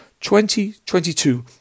2022